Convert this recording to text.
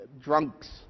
drunks